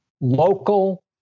local